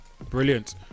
Brilliant